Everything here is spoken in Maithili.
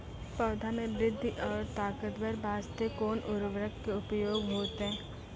पौधा मे बृद्धि और ताकतवर बास्ते कोन उर्वरक के उपयोग होतै?